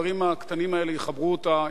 הדברים הקטנים האלה יחברו אותה,